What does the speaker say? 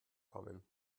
kommen